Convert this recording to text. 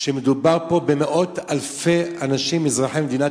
שמדובר פה במאות אלפי אנשים אזרחי מדינת